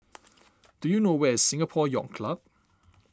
do you know where is Singapore Yacht Club